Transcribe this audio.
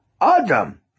adam